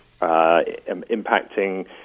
impacting